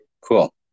cool